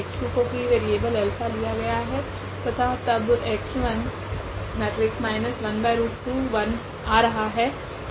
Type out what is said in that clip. x2 को free variable alpha लिया गया है तथा तब x1 आ रहा है